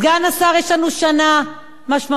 סגן השר, יש לנו שנה משמעותית.